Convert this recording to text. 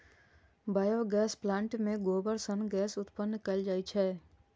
biogas plant मे गोबर सं गैस उत्पन्न कैल जाइ छै